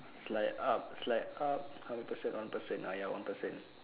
slide up slide up how many person one person ya one person